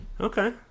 Okay